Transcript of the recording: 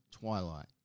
Twilight